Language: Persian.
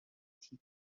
تیک